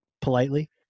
politely